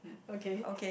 okay